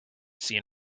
seen